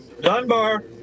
Dunbar